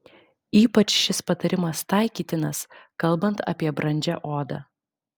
ypač šis patarimas taikytinas kalbant apie brandžią odą